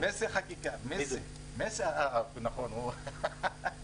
גם החברה פה לא צריכה לעמוד על קוצו של יוד,